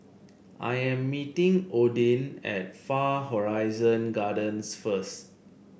I am meeting Odin at Far Horizon Gardens first